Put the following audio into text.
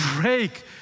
break